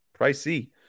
pricey